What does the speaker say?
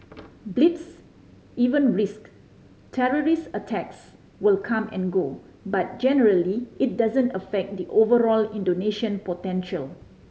blips event risk terrorist attacks will come and go but generally it doesn't affect the overall Indonesian potential